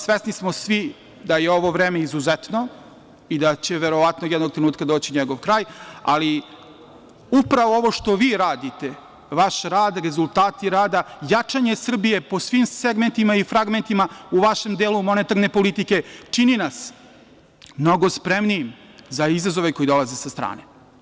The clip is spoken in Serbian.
Svesni smo svi da je ovo vreme izuzetno i da će verovatno jednog trenutka doći njegov kraj, ali upravo ovo što vi radite, vaš rad, rezultati rada, jačanje Srbije po svim segmentima i fragmentima u vašem delu monetarne politike, čini nas mnogo spremnijim za izazove koji dolaze sa strane.